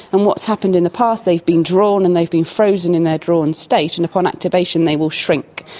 and what's happened in the past they've been drawn and they've been frozen in their drawn state, and upon activation they will shrink,